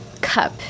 cup